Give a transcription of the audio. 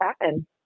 happen